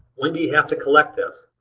when do you have to collect this?